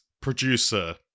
producer